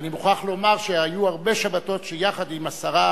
ואני מוכרח לומר שהיו הרבה שבתות שיחד עם השרה